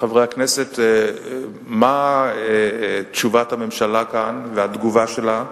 חברי הכנסת, מה תשובת הממשלה כאן והתגובה שלה?